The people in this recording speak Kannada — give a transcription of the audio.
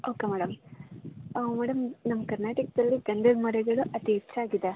ಓಕೆ ಮೇಡಮ್ ಮೇಡಮ್ ನಮ್ಮ ಕರ್ನಾಟಕದಲ್ಲಿ ಗಂಧದ ಮರಗಳು ಅತಿ ಹೆಚ್ಚಾಗಿದೆ